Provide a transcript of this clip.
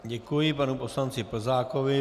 Děkuji panu poslanci Plzákovi.